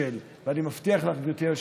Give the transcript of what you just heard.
כל אחד בחלקת האלוהים הקטנה שלו,